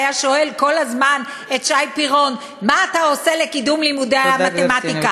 והיה שואל כל הזמן את שי פירון: מה אתה עושה לקידום לימודי המתמטיקה?